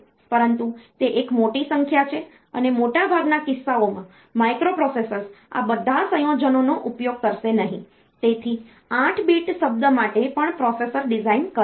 પરંતુ તે એક મોટી સંખ્યા છે અને મોટાભાગના કિસ્સાઓમાં માઇક્રોપ્રોસેસર્સ આ બધા સંયોજનોનો ઉપયોગ કરશે નહીં તેથી 8 બીટ શબ્દ માટે પણ પ્રોસેસર ડિઝાઇન કરે છે